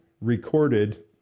recorded